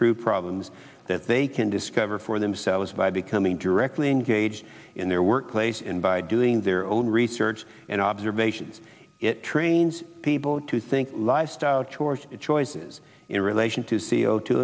true problems that they can discover for themselves by becoming directly engaged in their work place in by doing their own research and observations it trains people to think lifestyle choice it's choices in relation to c o two